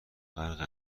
غرق